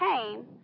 came